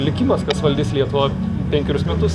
likimas kas valdys lietuvą penkerius metus